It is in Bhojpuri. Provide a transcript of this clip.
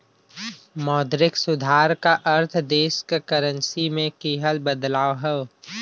मौद्रिक सुधार क अर्थ देश क करेंसी में किहल बदलाव हौ